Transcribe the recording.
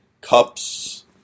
cups